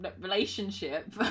relationship